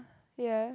ya